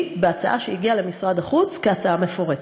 בהצעה שהגיעה למשרד החוץ כהצעה מפורטת.